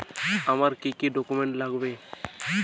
আমার কি কি ডকুমেন্ট লাগবে?